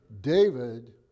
David